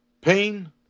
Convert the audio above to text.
pain